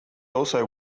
also